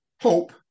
hope